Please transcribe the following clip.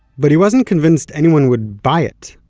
but he wasn't convinced anyone would buy it,